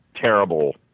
terrible